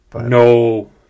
No